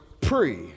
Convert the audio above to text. pre